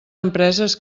empreses